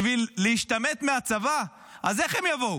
בשביל להשתמט מהצבא, אז איך הם יבואו?